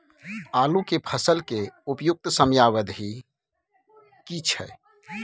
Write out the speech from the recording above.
आलू के फसल के उपयुक्त समयावधि की छै?